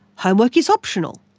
homework is optional.